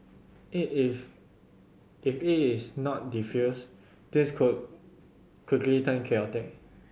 it if if is not defused this could quickly turn chaotic